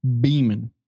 beaming